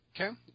Okay